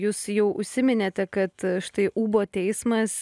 jūs jau užsiminėte kad štai ūbo teismas